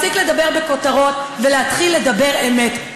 להפסיק לדבר בכותרות ולהתחיל לדבר אמת.